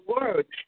words